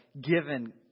given